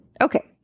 Okay